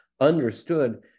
understood